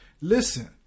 listen